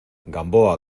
gamboa